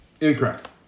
Incorrect